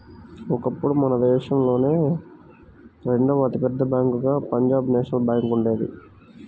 ఒకప్పుడు మన దేశంలోనే రెండవ అతి పెద్ద బ్యేంకుగా పంజాబ్ నేషనల్ బ్యేంకు ఉండేది